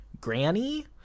Granny